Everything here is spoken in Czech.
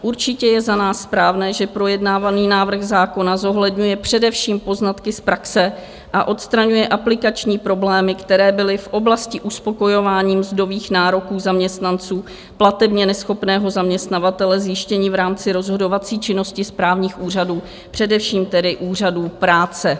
Určitě je za nás správné, že projednávaný návrh zákona zohledňuje především poznatky z praxe a odstraňuje aplikační problémy, které byly v oblasti uspokojování mzdových nároků zaměstnanců platebně neschopného zaměstnavatele zjištěny v rámci rozhodovací činnosti správních úřadů, především úřadů práce.